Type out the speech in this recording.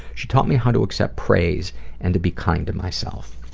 she taught me how to accept praise and to be kind to myself.